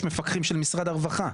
יש מפקחים של משרד הרווחה.